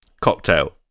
Cocktail